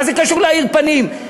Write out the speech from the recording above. מה זה קשור ל"להאיר פנים"?